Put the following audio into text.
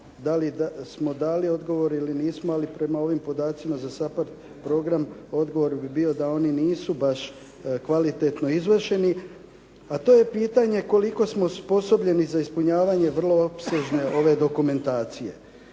dali smo dali odgovor ili nismo, ali prema ovim podacima za SAPAD program odgovor bi bio da oni nisu baš kvalitetno izvršeni, a to je pitanje koliko smo osposobljeni za ispunjavanje vrlo opsežne ove dokumentacije.